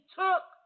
took